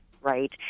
right